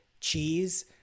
cheese